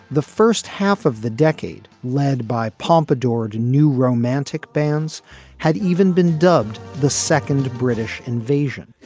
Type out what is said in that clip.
the first half of the decade led by pompadour and new romantic bands had even been dubbed the second british invasion